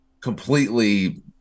completely